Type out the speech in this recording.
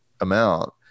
amount